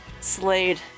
slade